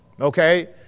okay